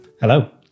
Hello